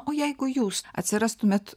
o jeigu jūs atsirastumėt